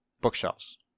bookshelves